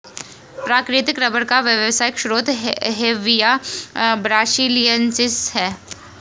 प्राकृतिक रबर का व्यावसायिक स्रोत हेविया ब्रासिलिएन्सिस है